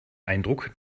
eindruck